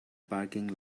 parking